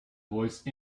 voice